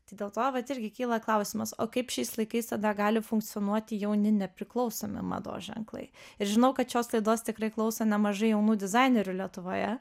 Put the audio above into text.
tai dėl to vat irgi kyla klausimas o kaip šiais laikais tada gali funkcionuoti jauni nepriklausomi mados ženklai ir žinau kad šios laidos tikrai klauso nemažai jaunų dizainerių lietuvoje